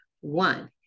One